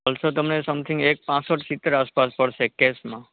Pulsar તમને something એક પાંસઠ સિત્તેર આસપાસ પડશે કૅશમાં